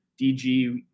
DG